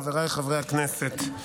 חבריי חברי הכנסת,